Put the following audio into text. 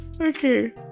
Okay